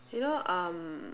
you know um